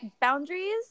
boundaries